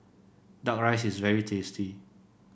duck rice is very tasty